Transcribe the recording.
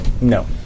No